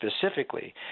specifically